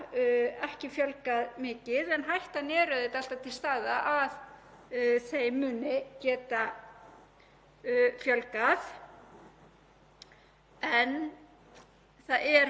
en það er heldur ekki unnið að útrýmingu vopnanna eins og kveðið var á um í þessum samningi.